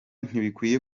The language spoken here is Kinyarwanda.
ntibikwiye